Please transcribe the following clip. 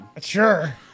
Sure